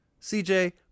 cj